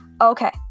Okay